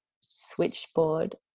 Switchboard